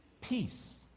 Peace